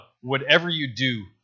whatever-you-do